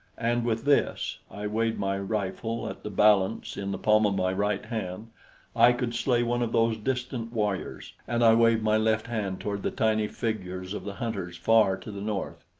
and with this i weighed my rifle at the balance in the palm of my right hand i could slay one of those distant warriors. and i waved my left hand toward the tiny figures of the hunters far to the north.